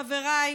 חבריי,